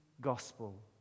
gospel